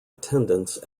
attendance